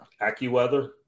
AccuWeather